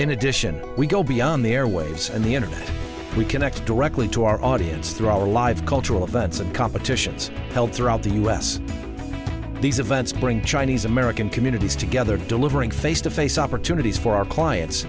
in addition we go beyond the airwaves and the internet we connect directly to our audience through all the live cultural events and competitions held throughout the u s these events bring chinese american communities together delivering face to face opportunities for our clients